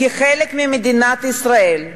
כחלק ממדינת ישראל,